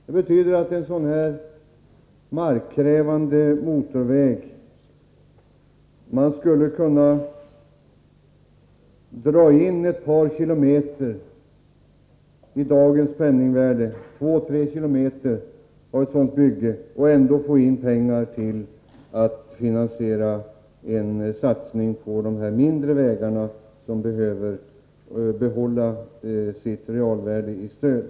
Det betyder att om man skulle dra in två tre kilometer av ett sådant markkrävande motorvägsbygge skulle man ändå få in pengar för att finansiera en satsning på de enskilda vägarna, som behöver behålla realvärdet i sitt stöd.